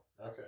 Okay